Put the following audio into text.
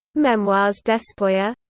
memoires d'espoir